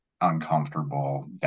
uncomfortable